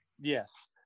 Yes